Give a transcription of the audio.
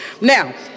Now